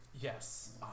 Yes